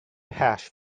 hash